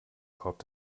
korb